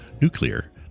nuclear